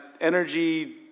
energy